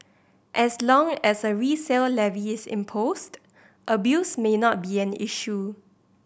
as long as a resale levy is imposed abuse may not be an issue